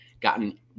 gotten